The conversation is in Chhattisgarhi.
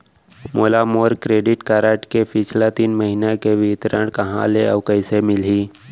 मोला मोर क्रेडिट कारड के पिछला तीन महीना के विवरण कहाँ ले अऊ कइसे मिलही?